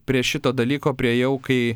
prie šito dalyko priėjau kai